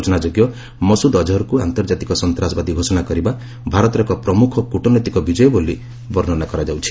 ସୂଚନା ଯୋଗ୍ୟ ମସୁଦ ଅଜହରକୁ ଆନ୍ତର୍ଜାତିକ ସନ୍ତାସବାଦୀ ଘୋଷଣା କରିବା ଭାରତର ଏକ ପ୍ରମୁଖ କୂଟନୈତିକ ବିଜୟ ବୋଲି ବର୍ଣ୍ଣନା କରାଯାଉଛି